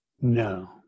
No